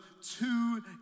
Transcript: two